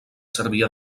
servia